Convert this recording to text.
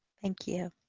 thank you.